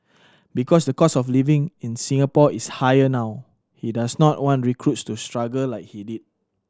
because the cost of living in Singapore is higher now he does not want recruits to struggle like he did